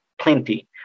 plenty